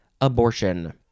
abortion